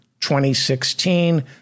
2016